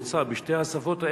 הוצא בשתי השפות האלה,